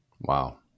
Wow